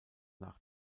nach